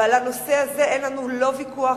ועל הנושא הזה אין לנו לא ויכוח,